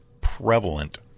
prevalent